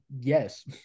Yes